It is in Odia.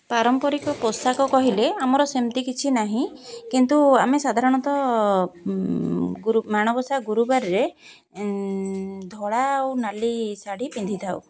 ପାରମ୍ପରିକ ପୋଷାକ କହିଲେ ଆମର ସେମିତି କିଛି ନାହିଁ କିନ୍ତୁ ଆମେ ସାଧାରଣତଃ ମାଣବସା ଗୁରୁବାରରେ ଧଳା ଆଉ ନାଲି ଶାଢ଼ୀ ପିନ୍ଧିଥାଉ